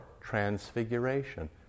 transfiguration